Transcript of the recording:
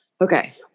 okay